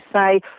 say